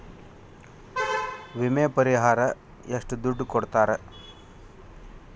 ವಿಮೆ ಪರಿಹಾರ ಎಷ್ಟ ದುಡ್ಡ ಕೊಡ್ತಾರ?